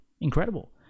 Incredible